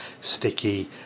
sticky